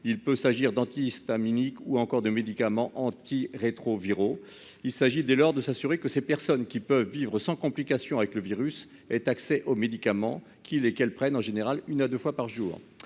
Il peut s'agir d'antihistaminiques ou encore de médicaments anti-rétro-viraux. Il s'agit dès lors de s'assurer que ces personnes qui peuvent vivre sans complications avec le virus ait accès aux médicaments qu'il qu'elle prennent en général une à 2 fois par jour.